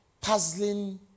puzzling